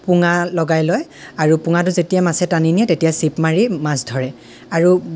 পোঙা লগাই লয় অৰু পোঙাটো যেতিয়া মাছে টানি নিয়ে তেতিয়া চিপ মাৰি মাছ ধৰে আৰু